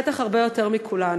בטח הרבה יותר מכולנו.